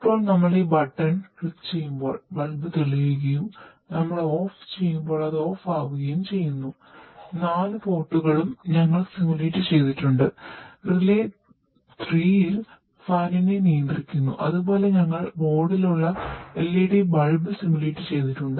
ഇപ്പോൾ നമ്മൾ ഈ ബട്ടൺ ചെയ്തിട്ടുണ്ട്